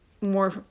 more